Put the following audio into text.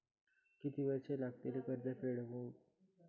किती वर्षे लागतली कर्ज फेड होऊक?